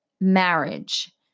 marriage